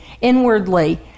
inwardly